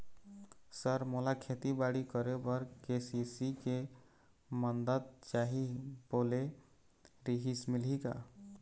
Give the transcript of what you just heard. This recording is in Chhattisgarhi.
सर मोला खेतीबाड़ी करेबर के.सी.सी के मंदत चाही बोले रीहिस मिलही का?